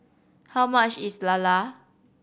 how much is lala